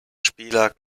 spieler